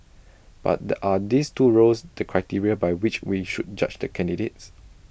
but the are these two roles the criteria by which we should judge the candidates